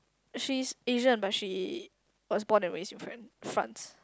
she is Asian but she was born and raised in France